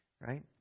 right